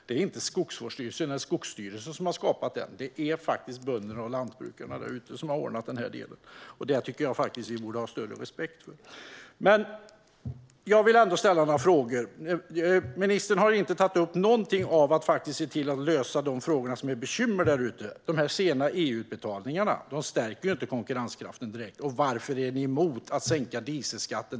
Det är inte Skogsstyrelsen som har skapat den, utan det är faktiskt bönderna och lantbrukarna där ute, och det tycker jag att vi borde ha större respekt för. Jag vill ställa några frågor. Ministern har inte tagit upp någonting om att se till att lösa de frågor där det finns bekymmer. De sena EU-utbetalningarna stärker inte direkt konkurrenskraften. Och varför är ni emot att sänka dieselskatten?